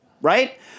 Right